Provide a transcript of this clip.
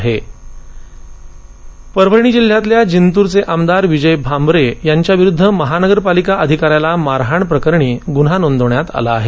आमदार गुन्हा नोंद परभणी जिल्ह्यातल्या जिंतूरचे आमदार विजय भांबरे यांच्या विरुद्ध महानगर पालिका अधिका याला मारहाण प्रकरणी गृन्हा नोंदवण्यात आला आहे